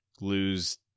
lose